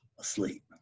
asleep